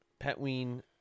Petween